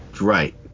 Right